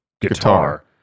Guitar